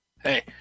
hey